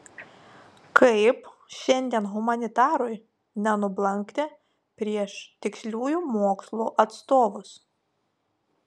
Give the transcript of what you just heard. kaip šiandien humanitarui nenublankti prieš tiksliųjų mokslų atstovus